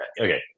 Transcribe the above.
okay